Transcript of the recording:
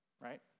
Right